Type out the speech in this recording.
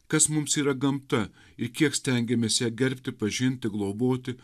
kas mums yra gamta ir kiek stengiamės ją gerbti pažinti globoti